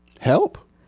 help